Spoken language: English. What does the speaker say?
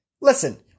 Listen